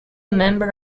member